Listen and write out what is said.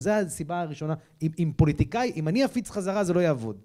זה הסיבה הראשונה. אם פוליטיקאי, אם אני אפיץ חזרה, זה לא יעבוד.